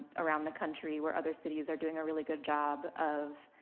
around the country where other cities are doing a really good job of